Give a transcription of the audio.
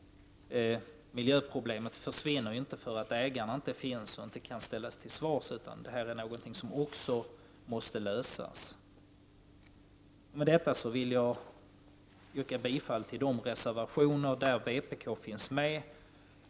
Miljöproblemen försvinner inte för att ägaren inte finns och inte kan ställas till svars, utan detta är ett problem som måste lösas. Med det anförda vill jag yrka bifall till de reservationer där vpk finns med.